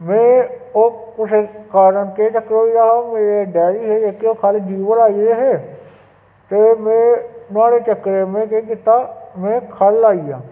में ओह् कुसै कारण के चक्कर होई जाना मेरे डेडी हे जेह्के गे ओह् ख'ल्ल जीवल आई गेदे हे ते में नुआढ़े चक्करै में केह् कीता में ख'ल्ल आई गेआ